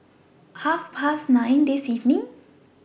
At Half Past nine This evening